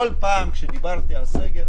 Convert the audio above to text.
כל פעם כשדיברתי על סגר